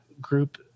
group